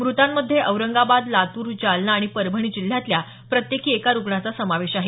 म्रतांमध्ये औरंगाबाद लातूर जालना आणि परभणी जिल्ह्यातल्या प्रत्येकी एका रुग्णाचा समावेश आहे